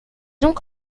donc